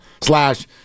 slash